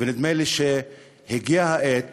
ונדמה לי שהגיעה העת